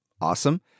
Awesome